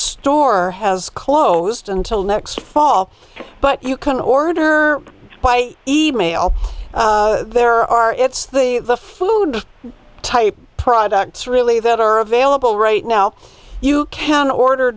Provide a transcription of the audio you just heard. store has closed until next fall but you can order by e mail there are it's the the food type products really that are available right now you can order